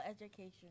Education